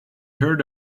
heard